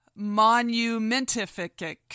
Monumentific